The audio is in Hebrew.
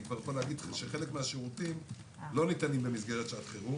אני כבר יכול להגיד שחלק מהשירותים לא ניתנים במסגרת שעת חירום,